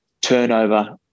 turnover